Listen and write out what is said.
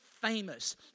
famous